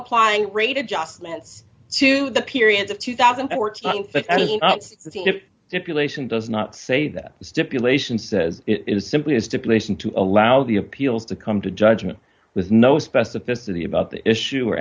applying rate adjustments to the periods of two thousand if if you place and does not say that stipulation says it is simply a stipulation to allow the appeals to come to judgment with no specificity about the issue or